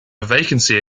vacancy